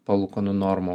palūkanų normų